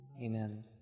Amen